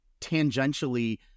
tangentially